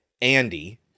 Andy